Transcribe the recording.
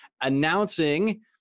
announcing